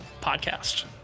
podcast